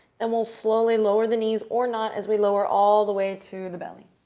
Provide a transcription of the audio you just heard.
and we'll slowly lower the knees or not as we lower all the way to the belly.